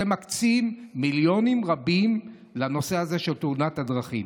אני אומר לך שאתם מקצים מיליונים רבים לנושא הזה של תאונות הדרכים.